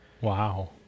Wow